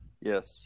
Yes